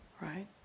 right